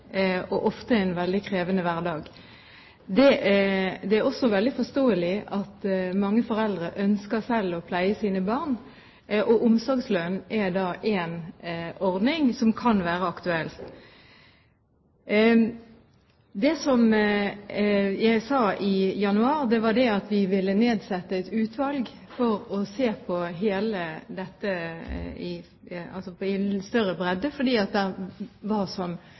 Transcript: og ofte en veldig krevende hverdag. Det er også veldig forståelig at mange foreldre ønsker selv å pleie sine barn, og omsorgslønn er da en ordning som kan være aktuell. Det som jeg sa i januar, var at vi ville nedsette et utvalg for å se på alt dette i en større bredde, fordi det var, som